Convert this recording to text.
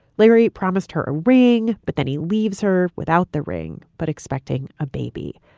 larry promised her a ring. but then he leaves her without the ring. but expecting a baby.